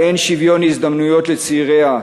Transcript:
שבה אין שוויון הזדמנויות לצעיריה,